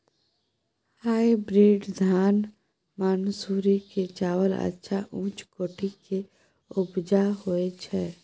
Hybrid धान मानसुरी के चावल अच्छा उच्च कोटि के उपजा होय छै?